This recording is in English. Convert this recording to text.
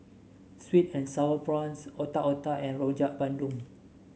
sweet and sour prawns Otak Otak and Rojak Bandung